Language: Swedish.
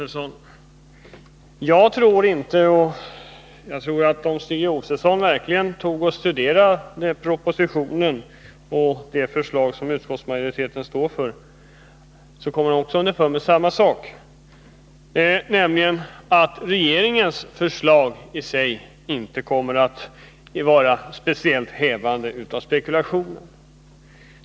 Fru talman! Jag tror att om Stig Josefson verkligen studerade propositionen och det förslag som utskottsmajoriteten står för, skulle han också komma underfund med samma sak som jag, nämligen att regeringens förslag i sig inte kommer att vara speciellt effektivt för hävande av spekulationer.